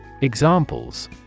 Examples